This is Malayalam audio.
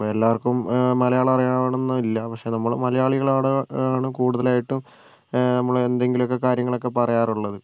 അപ്പം എല്ലാവർക്കും മലയാളം അറിയണം എന്ന് ഇല്ല പക്ഷേ നമ്മള് മലയാളികളോട് ആണ് കൂടുതലായിട്ടും നമ്മൾ എന്തെങ്കിലും കാര്യങ്ങൾ ഒക്കേ പറയാറുള്ളത്